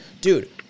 dude